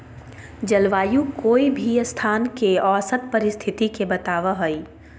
जलवायु कोय भी स्थान के औसत परिस्थिति के बताव हई